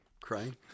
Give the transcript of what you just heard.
crying